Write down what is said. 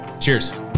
Cheers